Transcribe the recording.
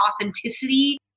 authenticity